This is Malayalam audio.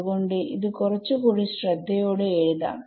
അത് കൊണ്ട് ഇത് കുറച്ചു കൂടി ശ്രദ്ധയോടെ എഴുതാം